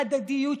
הדדיות,